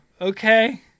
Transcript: Okay